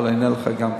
אבל אני אענה לך גם כן.